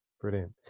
brilliant